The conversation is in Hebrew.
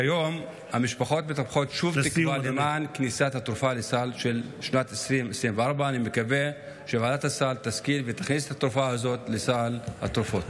כיום המשפחות מטפחות שוב תקווה לכניסת התרופה לסל של שנת 2024. אני מקווה שוועדת הסל תשכיל ותכניס את התרופה הזאת לסל התרופות.